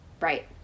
right